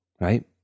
right